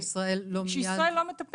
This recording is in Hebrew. שישראל לא מטפלת.